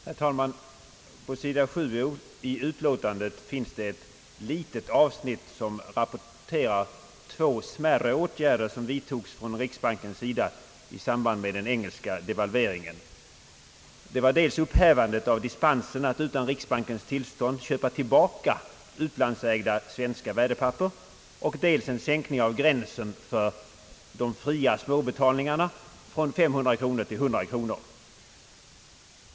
Herr talman! På sidan 7 i utlåtandet finns ett litet avsnitt som rapporterar två smärre åtgärder vilka vidtogs av riksbanken i samband med den engelska devalveringen. Det är dels upphävandet av dispensen att utan riksbankens tillstånd köpa tillbaka utlandsägda svenska värdepapper, dels en sänkning av gränsen för de fria småbetalningarna från 300 kronor till 100 kronor.